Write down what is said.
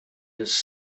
his